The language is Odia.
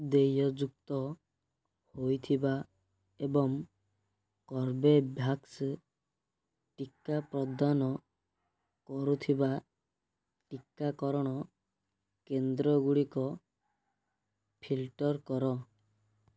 ଦେୟଯୁକ୍ତ ହୋଇଥିବା ଏବଂ କର୍ବେଭ୍ୟାକ୍ସ ଟୀକା ପ୍ରଦାନ କରୁଥିବା ଟୀକାକରଣ କେନ୍ଦ୍ରଗୁଡ଼ିକ ଫିଲ୍ଟର୍ କର